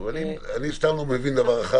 אני לא מבין דבר אחד.